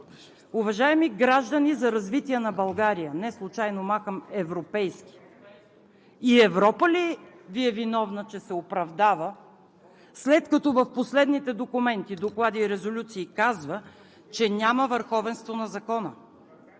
Уважаеми граждани за развитие на България, неслучайно махам „европейски“, и Европа ли Ви е виновна, че се оправдава, след като в последните документи, доклади и резолюции казва, че няма върховенство на закона,